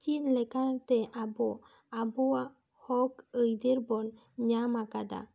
ᱪᱮᱫ ᱞᱮᱠᱟᱛᱮ ᱟᱵᱚ ᱟᱵᱚᱣᱟᱜ ᱦᱚᱠ ᱟᱹᱭᱫᱟᱹᱨ ᱵᱚ ᱧᱟᱢ ᱟᱠᱟᱫᱟ